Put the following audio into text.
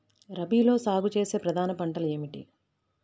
రబీలో సాగు చేసే ప్రధాన పంటలు ఏమిటి?